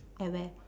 at where